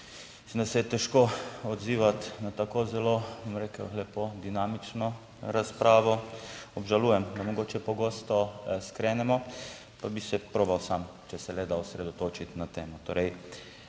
da se je težko odzivati na tako zelo, bom rekel, lepo dinamično razpravo. Obžalujem, da mogoče pogosto skrenemo. Pa bi se probal samo, če se le da, osredotočiti na temo.